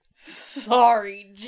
sorry